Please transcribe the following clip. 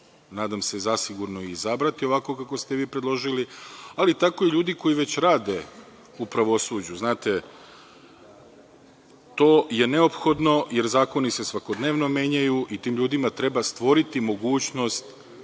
nadam se, zasigurno i izabrati ovako kako ste vi predložili, ali tako i ljudi koji već rade u pravosuđu. Znate, to je neophodno jer zakoni se svakodnevno menjaju i tim ljudima treba stvoriti mogućnost